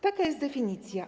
Taka jest definicja.